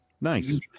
Nice